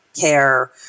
care